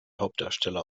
hauptdarsteller